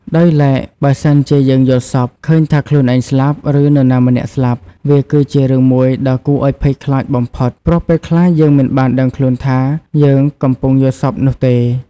ដោយឡែក បើសិនជាយើងយល់សប្តិ ឃើញថាខ្លួនឯងស្លាប់ ឬនរណាម្នាក់ស្លាប់ វាគឺជារឿងមួយដ៏គួរឲ្យភ័យខ្លាចបំផុត ព្រោះពេលខ្លះយើងមិនបានដឹងខ្លួនថា យើងកំពុងយល់សប្តិនោះទេ។